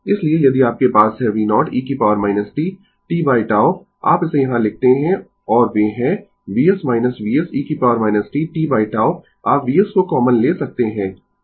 इसलिए यदि आपके पास है v0e t tτ आप इसे यहाँ लिखते है और वे हैं Vs Vse t t τ आप Vs को कॉमन ले सकते है